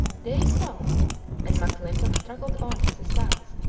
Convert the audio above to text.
days passed and m'clintock struggled on to the south,